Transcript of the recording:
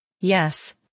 Yes